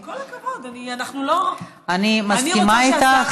עם כל הכבוד, אנחנו לא, אני מסכימה איתך.